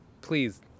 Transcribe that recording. please